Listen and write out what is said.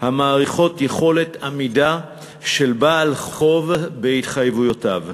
המעריכות יכולת עמידה של בעל חוב בהתחייבויותיו.